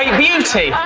beauty!